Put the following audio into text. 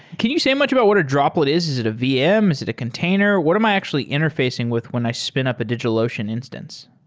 can you say much about what a droplet is? is it a vm? is it a container? what am i actually interfacing with when i spin up a digitalocean instance?